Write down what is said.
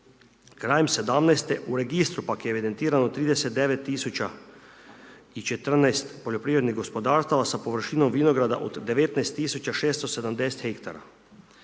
Krajem '17. u registru je pak evidentirano 3914 poljoprivrednih gospodarstava, sa površinom vinograda od 19760 hektara.